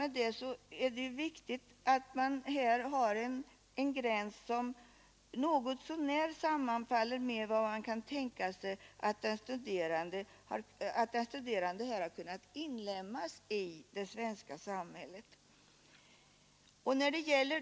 Det är ju viktigt att här ha en gräns som något så när sammanfaller med den tidpunkt då man kan tänka sig att den studerande har kunnat inlemmas i det svenska samhället.